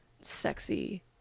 sexy